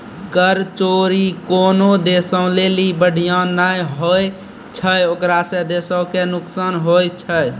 कर चोरी कोनो देशो लेली बढ़िया नै होय छै ओकरा से देशो के नुकसान होय छै